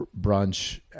brunch